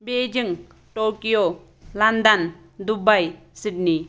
Beijing Tokyo London Dubai Sydney